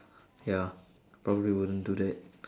ya probably wouldn't do that